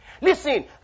Listen